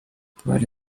pole